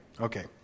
Okay